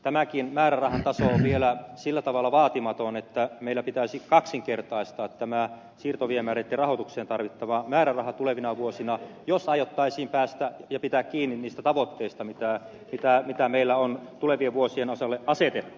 tämäkin määrärahataso on vielä sillä tavalla vaatimaton että meillä pitäisi kaksinkertaistaa tämä siirtoviemäreitten rahoitukseen tarvittava määräraha tulevina vuosina jos aiottaisiin päästä niihin tavoitteisiin ja pitää niistä kiinni mitä meillä on tulevien vuosien osalle asetettu